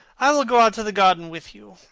i will go out to the garden with you.